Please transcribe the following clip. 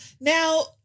Now